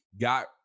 got –